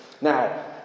Now